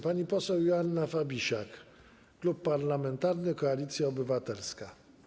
Pani poseł Joanna Fabisiak, Klub Parlamentarny Koalicja Obywatelska.